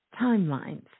timelines